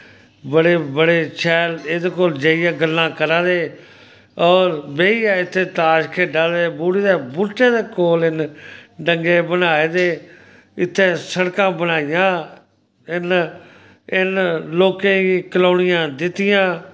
बड़े बड़े शैल एह्दे कोल जाइयै गल्लां करा दे और बेहियै इत्थें ताश खेढा दे बोह्ड़ी दै बूह्टै दै कोल डंग्गे बनाए दे इत्थें सड़कां बनाइयां इन्न लोकें गी कलौनियां दित्तियां